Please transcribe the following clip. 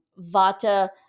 vata